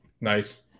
Nice